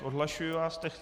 Odhlašuji vás tedy.